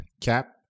Cap